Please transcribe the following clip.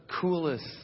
coolest